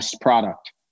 product